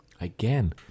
again